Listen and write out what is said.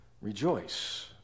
rejoice